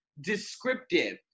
descriptive